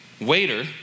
waiter